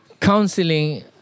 counseling